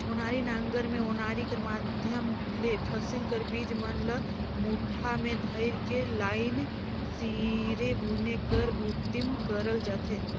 ओनारी नांगर मे ओनारी कर माध्यम ले फसिल कर बीज मन ल मुठा मे धइर के लाईन सिरे बुने कर उदिम करल जाथे